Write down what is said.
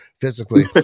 physically